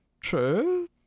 True